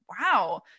wow